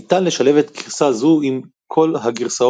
ניתן לשלב את גרסה זו עם כל הגרסאות,